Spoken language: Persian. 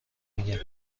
میگم